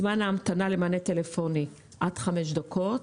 זמן ההמתנה למענה טלפוני עד חמש דקות.